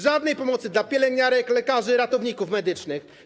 Żadnej pomocy dla pielęgniarek, lekarzy i ratowników medycznych.